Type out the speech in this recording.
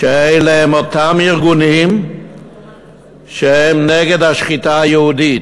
שאלה הם אותם ארגונים שהם נגד השחיטה היהודית.